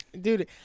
Dude